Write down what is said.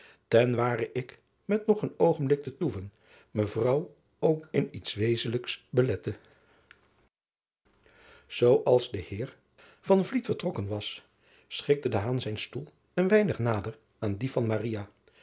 ten ware ik met nog een oogenblik te toeven ejuffrouw ook in iets wezenlijks belette oo als de eer vertrokken was schikte zijn stoel een wenig nader aan dien van